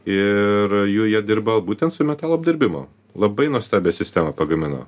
ir jų jie dirba būtent su metalo apdirbimu labai nuostabią sistemą pagamino